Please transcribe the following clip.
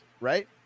right